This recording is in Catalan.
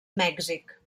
mèxic